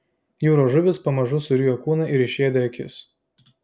jūros žuvys pamažu surijo kūną ir išėdė akis